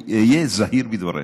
היה זהיר בדבריך.